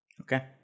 Okay